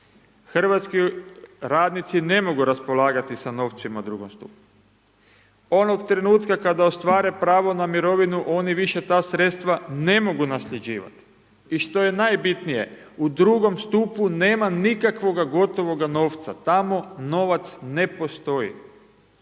Hrvatski radnici ne mogu raspolagati sa novcima u 2. stupu. Onoga trenutka kada ostvare pravo na mirovinu oni više ta sredstva ne mogu nasljeđivati. I što je najbitnije, u 2. stupu nema nikakvoga gotovoga novca, tamo novac ne postoji.